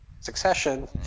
succession